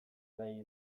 nahi